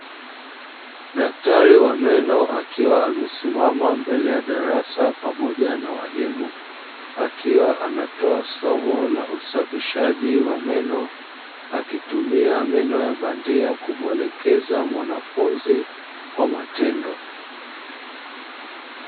Daktari wa meno akiwa amesimama mbele ya darasa pamoja na walimu, akiwa anatoa somo la usafishaji wa meno, akitumia meno ya bandia kumwelekeza mwanafunzi kwa matendo.